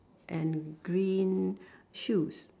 and green shoes